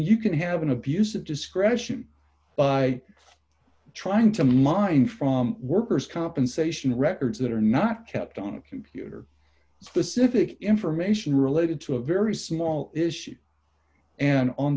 you can have an abuse of discretion by trying to mine from workers compensation records that are not kept on computer specific information related to a very small issue and on